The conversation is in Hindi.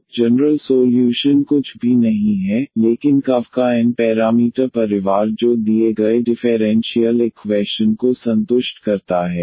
तो जनरल सोल्यूशन कुछ भी नहीं है लेकिन कर्व का एन पैरामीटर परिवार जो दिए गए डिफेरेंशीयल इक्वैशन को संतुष्ट करता है